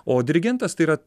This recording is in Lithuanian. o dirigentas tai yra